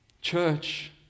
Church